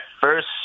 first